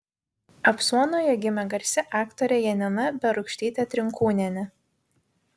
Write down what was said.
apsuonoje gimė garsi aktorė janina berūkštytė trinkūnienė